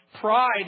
Pride